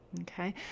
Okay